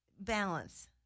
balance